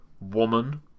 Woman